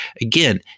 again